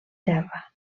terra